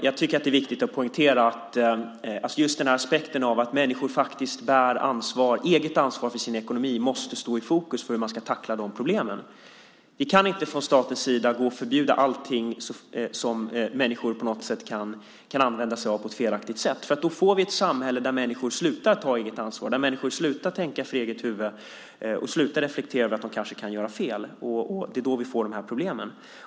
Jag tycker att det är viktigt att poängtera aspekten av att människor bär eget ansvar för sin ekonomi. Detta måste stå i fokus för hur man ska tackla problemen. Vi kan inte från statens sida förbjuda allting som människor kan använda sig av på ett felaktigt sätt. Då får vi ett samhälle där människor slutar att ta eget ansvar, slutar att tänka efter eget huvud och slutar reflektera över att de kanske kan göra fel. Det är då vi får de här problemen.